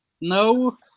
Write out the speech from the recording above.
no